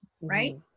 right